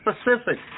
specific